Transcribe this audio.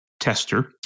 tester